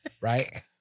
Right